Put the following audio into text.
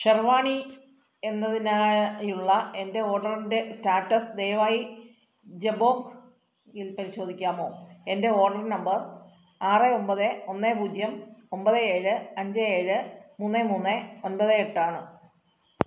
ഷെർവാണി എന്നതിനായുള്ള എൻ്റെ ഓർഡറിൻ്റെ സ്റ്റാറ്റസ് ദയവായി ജബോംഗ് ഇൽ പരിശോധിക്കാമോ എൻ്റെ ഓർഡർ നമ്പർ ആറ് ഒമ്പത് ഒന്ന് പൂജ്യം ഒമ്പത് ഏഴ് അഞ്ച് ഏഴ് മൂന്ന് മൂന്ന് ഒമ്പത് എട്ട് ആണ്